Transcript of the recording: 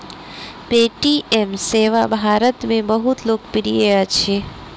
Paytm सेवा भारत में बहुत लोकप्रिय अछि